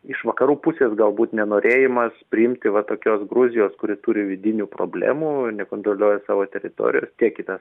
iš vakarų pusės galbūt nenorėjimas priimti va tokios gruzijos kuri turi vidinių problemų nekontroliuoja savo teritorijos tiek į tas